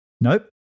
Nope